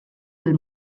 del